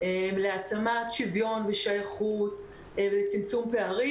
להעצמת שוויון ושייכות ולצמצום פערים,